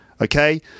Okay